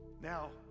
Now